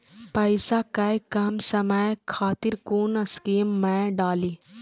पैसा कै कम समय खातिर कुन स्कीम मैं डाली?